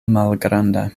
malgranda